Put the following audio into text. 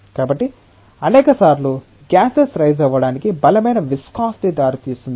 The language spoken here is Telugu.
కాబట్టి అనేక సార్లు గ్యాసెస్ రైజ్ అవ్వడానికి బలమైన విస్కాసిటి దారితీస్తుంది